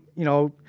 you know,